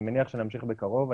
אני מניח שנמשיך בקרוב.